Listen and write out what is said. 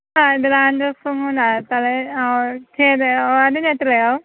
ആ ഡാന്ഡ്രഫും കൂടെ തല ചെയ്ത് ആ അതിനെത്രയാവും